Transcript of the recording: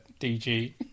DG